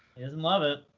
doesn't love it.